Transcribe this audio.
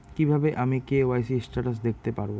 কিভাবে আমি KYC status দেখতে পারবো?